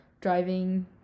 driving